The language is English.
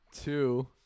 Two